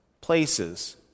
places